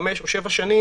חמש שנים או שבע שנים,